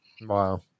Wow